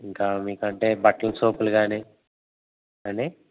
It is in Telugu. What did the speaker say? ఇంకా మీకు అంటే బట్టల సోపులు కానీ ఏమండి